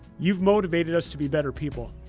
you've motivated us to be better people.